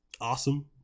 awesome